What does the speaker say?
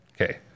Okay